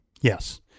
Yes